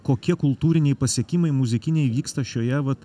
kokie kultūriniai pasiekimai muzikiniai vyksta šioje vat